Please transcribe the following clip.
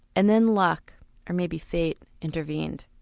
and then luck or maybe fate intervened.